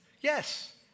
Yes